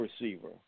receiver